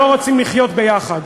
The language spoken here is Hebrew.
שלא רוצים לחיות ביחד.